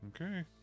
Okay